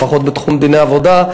לפחות בתחום דיני עבודה,